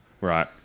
Right